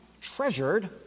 treasured